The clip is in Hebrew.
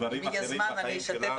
-- דברים אחרים בחיים שלנו,